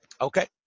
Okay